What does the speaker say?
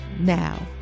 now